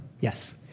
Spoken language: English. Yes